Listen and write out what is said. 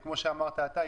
וכמו שאמרת אתה,